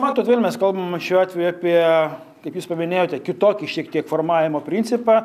matot vėl mes kalbam šiuo atveju apie kaip jūs paminėjote kitokį šiek tiek formavimo principą